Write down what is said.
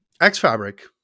X-Fabric